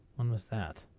when was that.